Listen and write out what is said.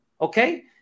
okay